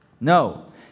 No